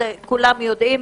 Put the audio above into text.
כולם יודעים,